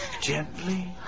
Gently